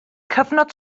cyfnod